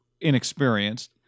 inexperienced